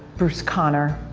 bruce conner,